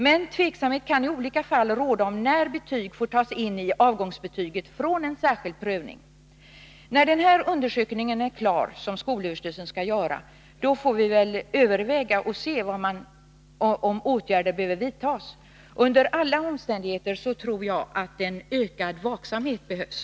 Men tveksamhet kan i olika fall råda om när betyg från en särskild prövning får tas in i avgångsbetyg från en särskild prövning. När den undersökning som skolöverstyrelsen skall göra är klar får vi överväga om några åtgärder behöver vidtas. Under alla omständigheter tror jag att en ökad vaksamhet behövs.